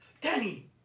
Danny